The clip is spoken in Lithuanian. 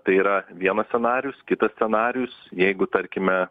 tai yra vienas scenarijus kitas scenarijus jeigu tarkime